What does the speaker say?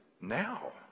now